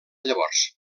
llavors